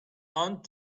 aunt